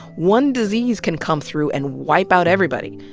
one disease can come through and wipe out everybody.